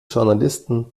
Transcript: journalisten